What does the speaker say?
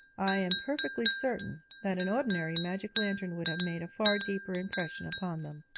i am perfectly certain that an ordinary magic lantern would have made a far deeper impression upon them.